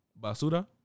Basura